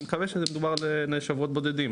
אני מקווה שזה מדובר על שבועות בודדים,